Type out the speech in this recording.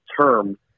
term